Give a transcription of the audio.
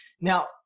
Now